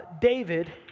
David